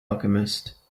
alchemist